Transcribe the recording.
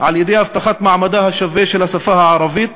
על-ידי הבטחת מעמדה השווה של השפה הערבית